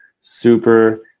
super